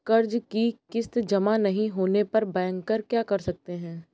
कर्ज कि किश्त जमा नहीं होने पर बैंकर क्या कर सकते हैं?